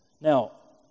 Now